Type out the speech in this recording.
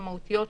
המהותיות,